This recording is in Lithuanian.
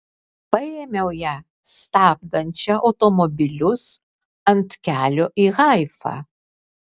paėmiau ją stabdančią automobilius ant kelio į haifą